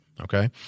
Okay